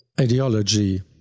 ideology